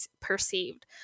perceived